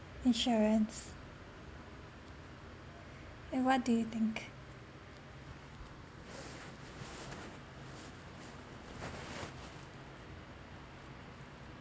insurance and what do you think